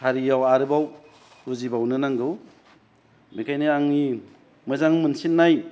हारियाव आरोबाव बुजिबावनो नांगौ बेनिखायनो आंनि मोजां मोनसिननाय